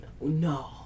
No